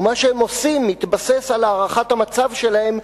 ומה שהם עושים מתבסס על הערכת המצב שלהם,